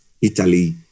Italy